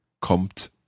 kommt